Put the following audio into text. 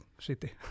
city